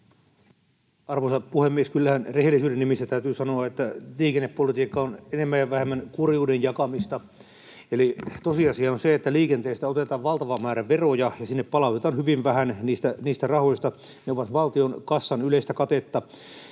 Arvoisa puhemies! Kyllä rehellisyyden nimissä täytyy sanoa, että liikennepolitiikka on enemmän ja vähemmän kurjuuden jakamista, eli tosiasia on se, että liikenteestä otetaan valtava määrä veroja ja sinne palautetaan hyvin vähän niistä rahoista. Ne ovat valtion kassan yleistä katetta.